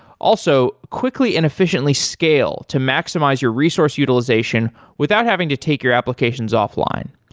also, quickly and efficiently scale to maximize your resource utilization without having to take your applications offline.